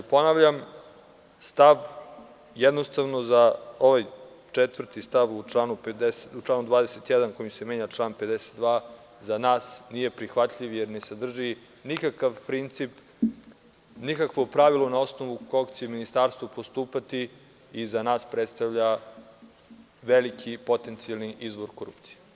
Ponavljam, stav 4. u članu 21. kojim se menja član 52. za nas nije prihvatljiv jer ne sadrži nikakv princip nikakvo pravilo na osnovu kog će ministarstvo postupati i za nas predstavlja veliki potencijalni izvor korupcije.